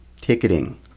Ticketing